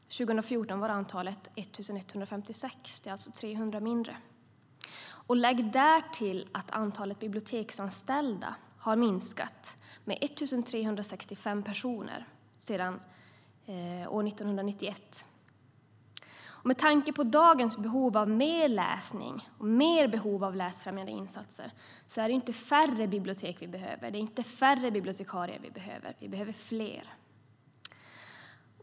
År 2014 var antalet 1 156. Det är alltså ca 300 färre. Därtill kan man lägga att antalet biblioteksanställda har minskat med 1 365 personer sedan 1991. Med tanke på dagens behov av mer läsning och större behov av läsfrämjande insatser är det inte färre bibliotek och färre bibliotekarier som vi behöver. Vi behöver fler.